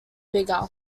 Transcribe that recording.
bigger